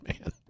man